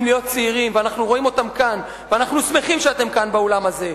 להיות צעירים" ואנחנו רואים אותם כאן ואנחנו שמחים שאתם כאן באולם הזה,